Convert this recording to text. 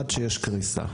עד שיש קריסה.